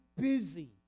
busy